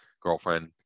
girlfriend